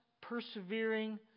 persevering